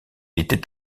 était